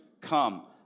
come